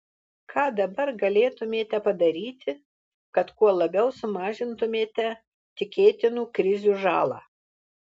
ką dabar galėtumėte padaryti kad kuo labiau sumažintumėte tikėtinų krizių žalą